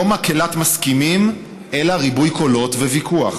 לא מקהלת מסכימים אלא ריבוי קולות וויכוח.